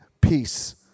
peace